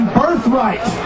birthright